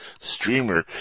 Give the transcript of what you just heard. streamer